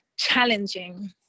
challenging